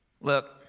Look